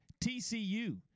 TCU